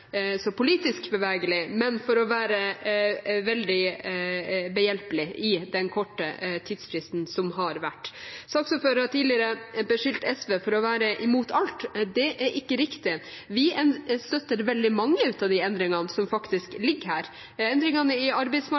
så politisk bevegelig, men for å være veldig behjelpelig med den korte tidsfristen vi har hatt. Saksordføreren har tidligere beskyldt SV for å være imot alt. Det er ikke riktig. Vi støtter veldig mange av de endringene som faktisk ligger her – endringene i